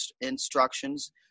instructions